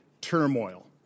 Turmoil